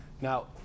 Now